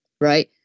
right